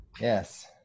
Yes